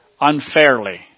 Unfairly